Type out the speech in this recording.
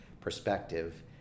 perspective